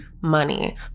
money